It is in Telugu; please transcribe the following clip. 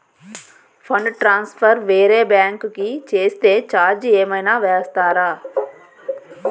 ఫండ్ ట్రాన్సఫర్ వేరే బ్యాంకు కి చేస్తే ఛార్జ్ ఏమైనా వేస్తారా?